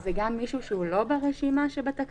זה גם מישהו שהוא לא ברשימה שבתקנות?